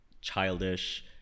childish